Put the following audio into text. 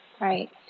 right